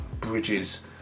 Bridges